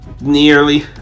nearly